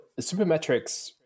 Supermetrics